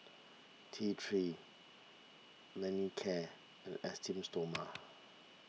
T three Manicare and Esteem Stoma